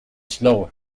slower